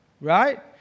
right